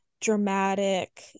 dramatic